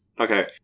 Okay